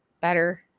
better